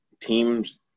teams